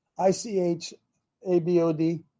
I-C-H-A-B-O-D